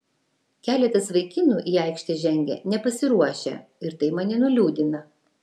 keletas vaikinų į aikštę žengę nepasiruošę ir tai mane nuliūdina